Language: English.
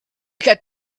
got